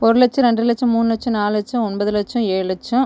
ஒரு லட்சம் ரெண்டு லட்சம் மூணு லட்சம் நாலு லட்சம் ஒன்பது லட்சம் ஏழு லட்சம்